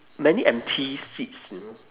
many empty seats you know